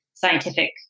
scientific